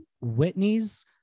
Whitney's